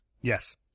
Yes